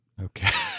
Okay